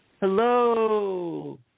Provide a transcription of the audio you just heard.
hello